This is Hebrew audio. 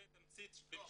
זה תמצית --- לא,